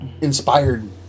inspired